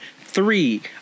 Three